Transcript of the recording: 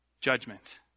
Judgment